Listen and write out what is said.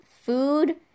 food